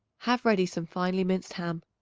have ready some finely minced ham.